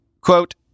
Quote